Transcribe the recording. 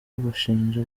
bashinja